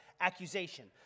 accusation